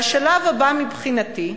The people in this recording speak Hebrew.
והשלב הבא, מבחינתי,